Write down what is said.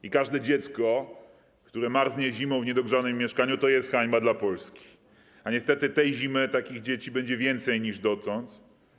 I każde dziecko, które marznie zimą w niedogrzanym mieszkaniu, to jest hańba dla Polski, a niestety tej zimy takich dzieci będzie więcej niż dotąd.